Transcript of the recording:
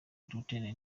makenga